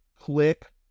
click